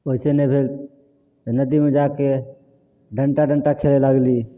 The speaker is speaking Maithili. ओइसँ नहि भेल तऽ नदीमे जाके डण्टा डण्टा खेले लागली